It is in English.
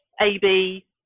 AB